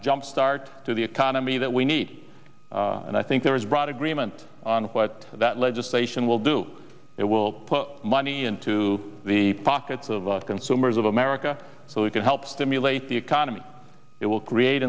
jumpstart to the economy that we need and i think there is broad agreement on what that legislation will do it will put money into the pockets of consumers of america so we can help stimulate the economy it will create